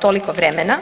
toliko vremena.